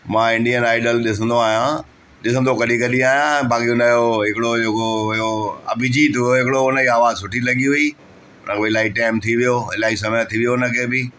मां Indian Idol ॾिसंदो आहियां ॾिसंदो कॾहिं कॾहिं आहियां बाक़ी उनजो हिकिड़ो जेको हुयो अभिजीत रॉय हिकिड़ो हुनजी आवाज़ सुठी लॻी हुई हो बि इलाही टाइम थी वियो इलाही समय थी वियो उनखे बि